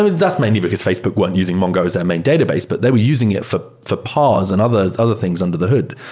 that's mainly because facebook weren't using mongo as their main database, but they were using for for pause and other other things under the hood.